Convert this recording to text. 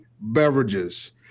beverages